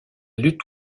lutte